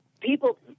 people